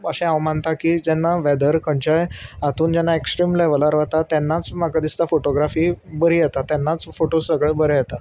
अशें हांव मानता की जेन्ना वेदर खंयच्याय हातून जेन्ना एक्स्ट्रीम लेवलार वता तेन्नाच म्हाका दिसता फोटोग्राफी बरी येता तेन्नाच फोटो सगळे बरें येता